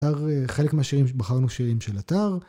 חלק מהשירים שבחרנו שירים של אתר.